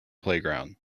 playground